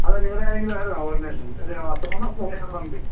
അത് നിങ്ങളുടെ ആരെങ്കിലും ആയിരുന്നോ ഓഡിനേഷൻ ഒര് തോമസ് പുന്നേടൻ എന്ന് പറഞ്ഞിട്ട്